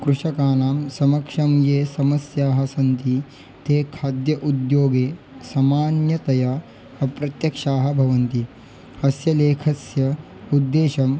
कृषकाणां समक्षं ये समस्याः सन्ति ते खाद्य उद्योगे समान्यतया अप्रत्यक्षाः भवन्ति अस्य लेखस्य उद्देशम्